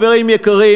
חברים יקרים,